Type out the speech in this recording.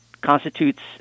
constitutes